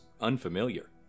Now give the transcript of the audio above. unfamiliar